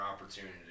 opportunity